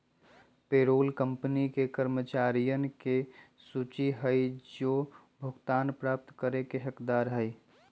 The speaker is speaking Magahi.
पेरोल कंपनी के कर्मचारियन के सूची हई जो भुगतान प्राप्त करे के हकदार हई